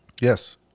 yes